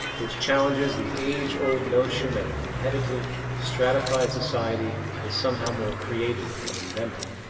which challenges the age old notion that a competitive stratified society is somehow more creative and inventive.